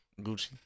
Gucci